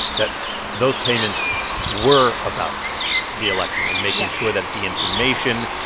that those payments were about the election and making sure that the information,